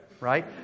right